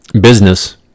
business